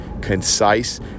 concise